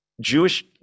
Jewish